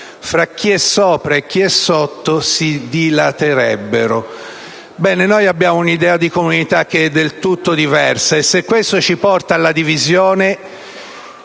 tra chi è sopra e chi è sotto si dilaterebbero. Noi abbiamo un'idea di comunità che è del tutto diversa e se questo ci porta alla divisione